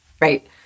Right